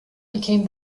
became